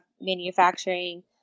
manufacturing